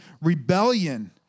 rebellion